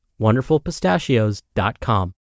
wonderfulpistachios.com